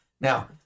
Now